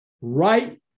right